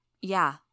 Yeah